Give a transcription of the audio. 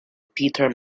peter